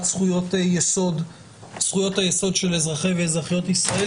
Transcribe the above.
זכויות היסוד של אזרחי ואזרחיות ישראל.